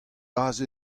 aze